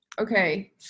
Okay